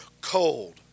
cold